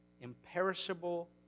imperishable